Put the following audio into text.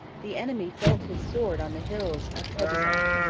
the enemy felt his sword on the hills of trebizond.